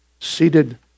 Seated